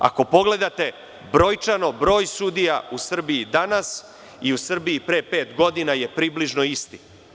Ako pogledate brojčano, broj sudija u Srbiji danas i u Srbiji pre pet godina je približno isti.